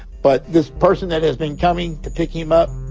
but this person that has been coming to pick him up,